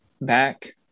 back